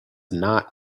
not